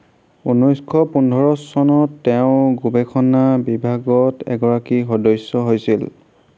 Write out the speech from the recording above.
ঊনৈছশ পোন্ধৰ চনত তেওঁ গৱেষণা বিভাগত এগৰাকী সদস্য হৈছিল